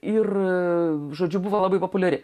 ir žodžiu buvo labai populiari